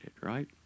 right